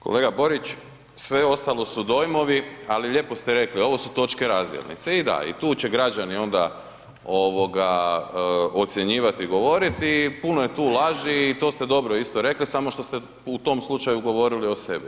Kolega Borić, sve ostalo su dojmovi, ali lijepo ste rekli, ovo su točke razdjelnice i da i tu će građani onda ovoga ocjenjivati i govoriti, puno je tu laži i to ste dobro isto rekli samo što ste u tom slučaju govorili o sebi.